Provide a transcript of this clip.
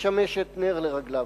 משמשת נר לרגליו.